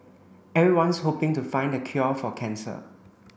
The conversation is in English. everyone's hoping to find the cure for cancer